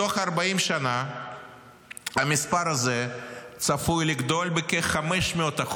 בתוך 40 שנה המספר הזה צפוי לגדול בכ-500%,